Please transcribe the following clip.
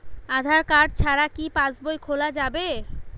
আধার card ছাড়া কি পাসবই খোলা যাবে কি?